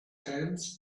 hands